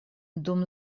dum